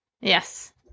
Yes